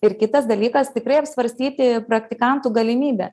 ir kitas dalykas tikrai apsvarstyti praktikantų galimybę